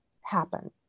happen